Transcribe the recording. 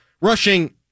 rushing